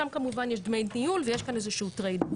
שם כמובן יש דמי ניהול ויש איזשהו trade.